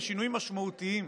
ושינויים משמעותיים,